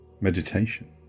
meditation